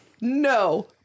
No